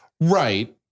Right